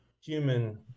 human